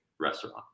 restaurant